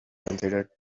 considered